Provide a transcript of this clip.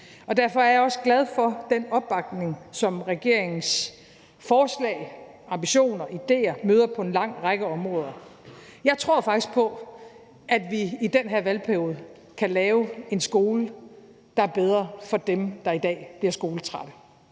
Derfor er jeg også glad for den opbakning, som regeringens forslag, ambitioner, idéer møder på en lang række områder. Jeg tror faktisk på, at vi i den her valgperiode kan lave en skole, der er bedre for dem, der i dag bliver skoletrætte.